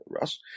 Russ